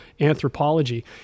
anthropology